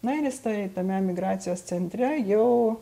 na ir jis toj tame emigracijos centre jau